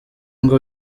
ngo